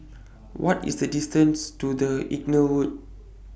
What IS The distance to The Inglewood